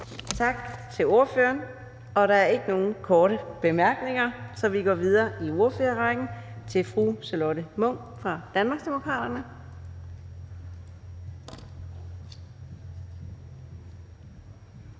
Tak til ordføreren. Der er ikke nogen korte bemærkninger, så vi går videre i ordførerrækken til fru Karin Liltorp fra Moderaterne.